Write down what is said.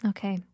Okay